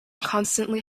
constantly